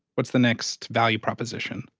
what's the next value proposition?